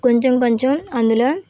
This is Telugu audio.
కొంచెం కొంచెం అందులో